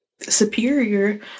superior